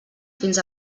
fins